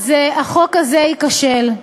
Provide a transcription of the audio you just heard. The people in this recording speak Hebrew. החוק הזה ייכשל.